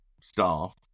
staff